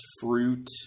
fruit